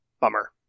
bummer